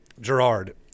Gerard